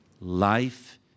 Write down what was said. Life